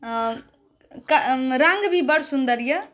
रङ्ग भी बड सुंदर अछि